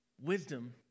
wisdom